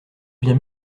bien